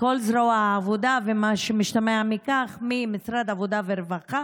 של כל זרוע העבודה ומה שמשתמע מכך ממשרד העבודה והרווחה,